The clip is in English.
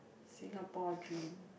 Singapore dream